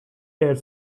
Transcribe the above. air